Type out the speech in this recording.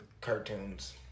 cartoons